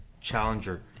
Challenger